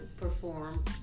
perform